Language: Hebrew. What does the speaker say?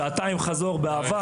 שעתיים חזור באהבה,